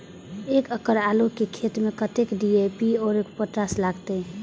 एक एकड़ आलू के खेत में कतेक डी.ए.पी और पोटाश लागते?